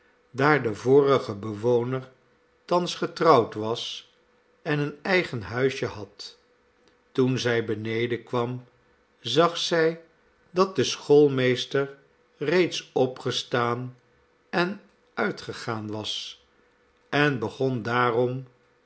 daar de vorige bewoner thans getrouwd was en een eigen huisje had toen zij beneden kwam zag zij dat de schoolmeester reeds opgestaan en uitgegaan was en begon daarom